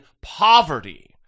poverty